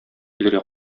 килергә